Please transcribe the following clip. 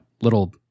little